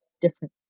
different